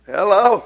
Hello